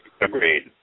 Agreed